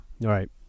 Right